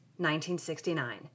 1969